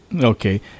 Okay